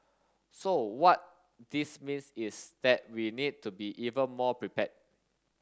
so what this means is that we need to be even more prepared